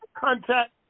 contact